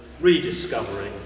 Rediscovering